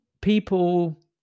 people